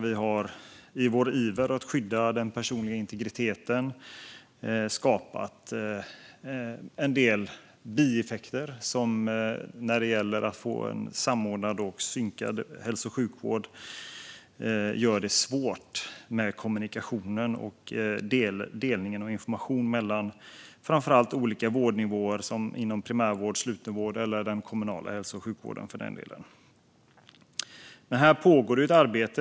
I vår iver att skydda den personliga integriteten har vi skapat en del bieffekter när det gäller att få en samordnad och synkad hälso och sjukvård. Det gör det svårt med kommunikationen och delningen av information mellan framför allt olika vårdnivåer inom primärvård, slutenvård eller för den delen den kommunala hälso och sjukvården. Här pågår ett arbete.